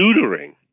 neutering